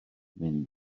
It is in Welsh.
mynd